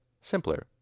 Simpler